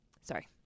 Sorry